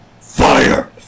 Fire